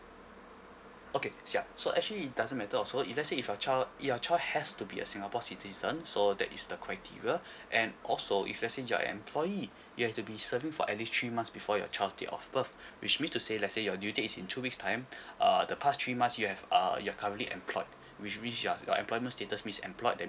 okay sure so actually it doesn't matter of so if let say if your child if your child has to be a singapore citizen so that is the criteria and also if let say you're a employee you have to be serving for at least three months before your child's date of birth which means to say let say your due date is in two weeks time uh the past three months you have err you're currently employed which means you're your employment status means employed that